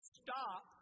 stop